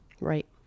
Right